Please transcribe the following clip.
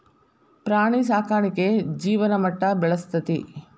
ಪ್ರಾಣಿ ಸಾಕಾಣಿಕೆ ಜೇವನ ಮಟ್ಟಾ ಬೆಳಸ್ತತಿ